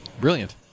Brilliant